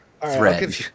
thread